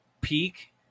peak